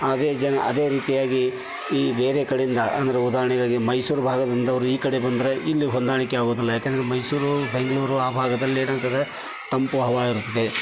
ಅದೇ ಜನ ಅದೇ ರೀತಿಯಾಗಿ ಈ ಬೇರೆ ಕಡೆಯಿಂದ ಅಂದರೆ ಉದಾಹರಣೆಗಾಗಿ ಮೈಸೂರು ಭಾಗದಿಂದವರು ಈ ಕಡೆ ಬಂದರೆ ಇಲ್ಲಿ ಹೊಂದಾಣಿಕೆ ಆಗೋದಿಲ್ಲ ಯಾಕಂದರೆ ಮೈಸೂರು ಬೆಂಗಳೂರು ಆ ಭಾಗದಲ್ಲಿ ಏನಾಗ್ತದೆ ತಂಪು ಹವೆ ಇರ್ತದೆ